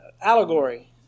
allegory